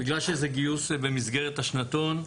בגלל שזה גיוס במסגרת השנתון.